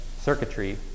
circuitry